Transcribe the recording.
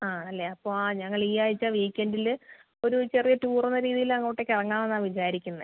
ആ അല്ലേ അപ്പോൾ ആ ഞങ്ങൾ ഈ ആഴ്ച വീക്കെൻഡിൽ ഒരു ചെറിയ ടൂർ എന്ന രീതിയിൽ അങ്ങോട്ടേക്ക് ഇറങ്ങാമെന്നാണ് വിചാരിക്കുന്നത്